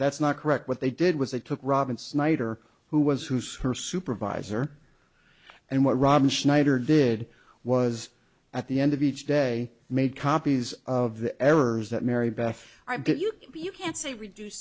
that's not correct what they did was they took robin snyder who was who's her supervisor and what rob schneider did was at the end of each day made copies of the errors that mary beth i get you you can't say reduce